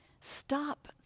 stop